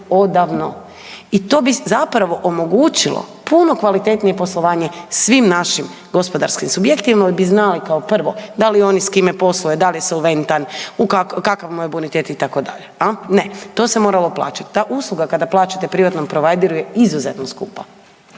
i to bi zapravo omogućilo puno kvalitetnije poslovanje svim našim gospodarskim subjektima jel bi znali kao prvo da li oni s kime posluju, da li je solventan, kakav mu je bonitet itd., jel, ne, to se moralo plaćat. Ta usluga kada plaćate privatnom provajderu je izuzetno skupa,